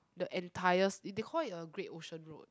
the entire s~ they call it a Great-Ocean-Road